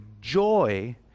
joy